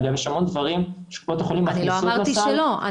יש המון דברים שקופות החולים מכניסות לסל על דעת עצמן.